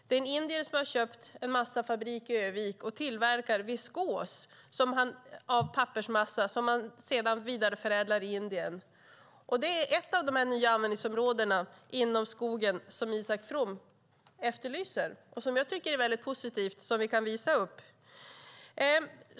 Det är en indier som har köpt en massafabrik i Örnsköldsvik och tillverkar viskos av pappersmassa som han sedan vidareförädlar i Indien. Det är ett av de nya användningsområden inom skogen som Isak From efterlyser som jag tycker är positivt och som vi kan visa upp.